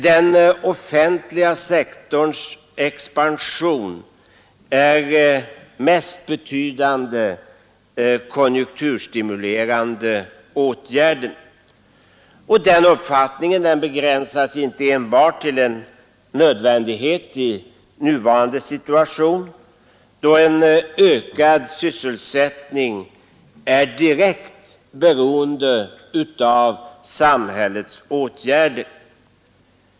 Den offentliga sektorns expansion är den mest betydande konjunkturstimulerande åtgärden. Och den uppfattningen begränsas inte till en nödvändighet i nuvarande situation, då en ökad sysselsättning är direkt beroende av samhällets åtgärder.